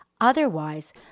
Otherwise